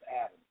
Adam